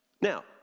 Now